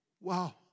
Wow